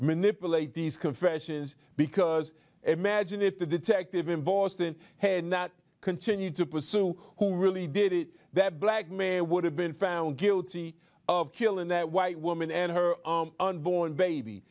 manipulate these confessions because imagine it the detective in boston had not continued to pursue who really did it that black mayor would have been found guilty of killing a white woman and her unborn baby